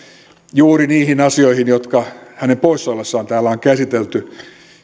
juuri niihin asioihin jotka hänen poissa ollessaan täällä on käsitelty